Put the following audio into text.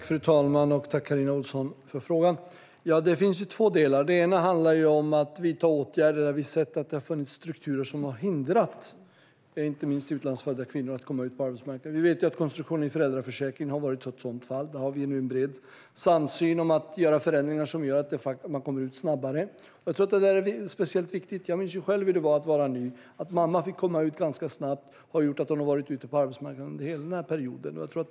Fru talman! Tack, Carina Ohlsson, för frågan! Det finns två delar. Den ena handlar om att vidta åtgärder där vi har sett att det funnits strukturer som har hindrat inte minst utlandsfödda kvinnor att komma ut på arbetsmarknaden. Vi vet att konstruktionen i föräldraförsäkringen har varit ett sådant fall. Där har vi nu en bred samsyn om att göra förändringar som gör att de kommer ut snabbare. Det är speciellt viktigt. Jag minns själv hur det var att vara ny. Att mamma fick komma ut ganska snabbt har gjort att hon har varit ute på arbetsmarknaden under hela den perioden.